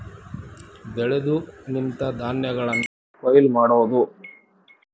ಬೆಳೆದು ನಿಂತ ಧಾನ್ಯಗಳನ್ನ ಕೊಯ್ಲ ಮಾಡುದು